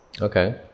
Okay